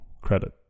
credit